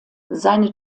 seine